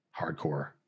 hardcore